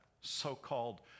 so-called